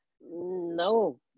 No